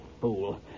fool